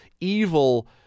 evil